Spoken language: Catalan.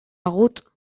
begut